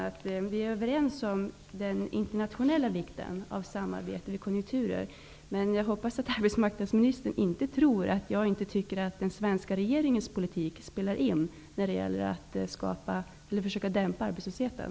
Vi är överens om vikten av internationellt samarbete. Jag hoppas att arbetsmarknadsministern inte tror att jag inte tycker att den svenska regeringens politik spelar in när det gäller att försöka dämpa arbetslösheten.